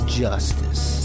justice